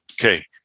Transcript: okay